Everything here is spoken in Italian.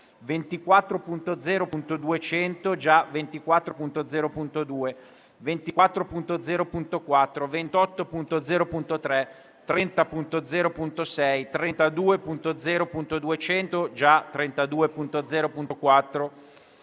24.0.200 (già 24.0.2), 24.0.4, 28.0.3, 30.0.6, 32.0.200 (già 32.0.4),